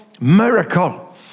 miracle